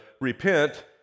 repent